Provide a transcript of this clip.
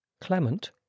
Clement